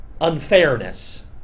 unfairness